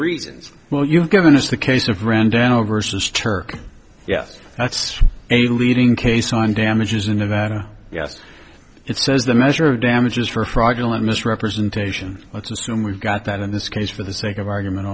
reasons well you've given us the case of render an ogress is turk yes that's a leading case on damages in nevada yes it says the measure of damages for fraudulent misrepresentation let's assume we've got that in this case for the sake of argument